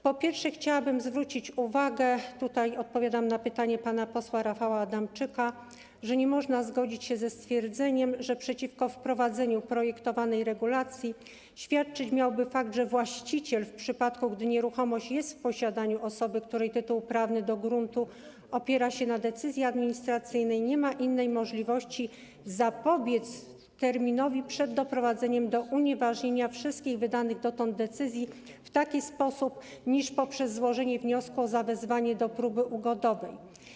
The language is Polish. Po pierwsze, chciałabym zwrócić uwagę - odpowiadam na pytanie pana posła Rafała Adamczyka - że nie można zgodzić się ze stwierdzeniem, że przeciwko wprowadzeniu projektowanej regulacji świadczyć miałby fakt, że właściciel, w przypadku gdy nieruchomość jest w posiadaniu osoby, której tytuł prawny do gruntu opiera się na decyzji administracyjnej, nie ma innej możliwości zapobieżenia terminowi przed doprowadzeniem do unieważnienia wszystkich wydanych dotąd decyzji niż poprzez złożenie wniosku o zawezwanie do próby ugodowej.